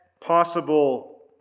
Possible